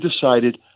decided